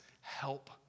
help